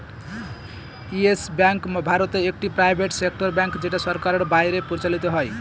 yes Bank ভারতে একটি private sector bank যেটা সরকারের বাইরে পরিচালত হয়